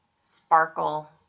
Sparkle